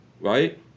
Right